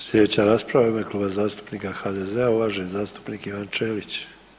Slijedeća rasprava u ime Kluba zastupnika HDZ-a uvaženi zastupnik Ivan Ćelić.